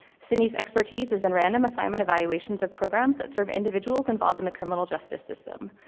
cindy's expertise is in random assignment evaluations of programs that serve individuals involved in the criminal justice system.